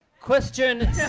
Question